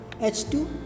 H2